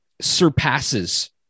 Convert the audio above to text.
surpasses